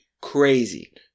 Crazy